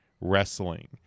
Wrestling